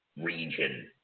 region